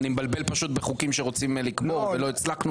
אני מבלבל פשוט בחוקים שרוצים לקבור ולא הצלחנו.